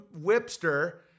whipster